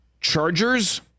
Chargers